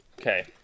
Okay